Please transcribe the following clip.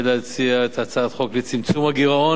אני מתכבד להציע את הצעת חוק לצמצום הגירעון